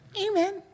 amen